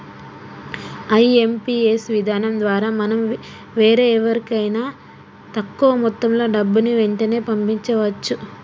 IMPS విధానం ద్వారా మనం వేరెవరికైనా తక్కువ మొత్తంలో డబ్బుని వెంటనే పంపించవచ్చు